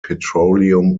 petroleum